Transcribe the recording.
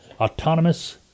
Autonomous